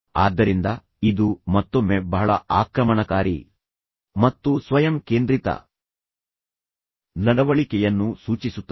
ಆದ್ದರಿಂದ ಇದು ಮತ್ತೊಮ್ಮೆ ಬಹಳ ಆಕ್ರಮಣಕಾರಿ ಮತ್ತು ಸ್ವಯಂ ಕೇಂದ್ರಿತ ನಡವಳಿಕೆಯನ್ನು ಸೂಚಿಸುತ್ತದೆ